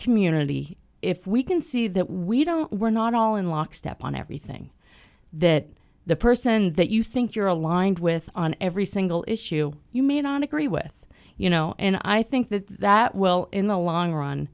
community if we can see that we don't we're not all in lockstep on everything that the person that you think you're aligned with on every single issue you may not agree with you know and i think that that will in the long run